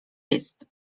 jest